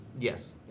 Yes